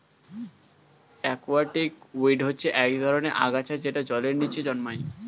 aquatic weed হচ্ছে এক ধরনের আগাছা যেটা জলের নিচে জন্মায়